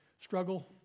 struggle